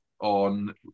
on